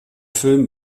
film